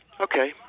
Okay